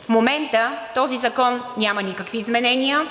В момента този закон няма никакви изменения